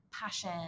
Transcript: passion